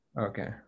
Okay